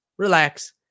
Relax